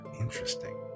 Interesting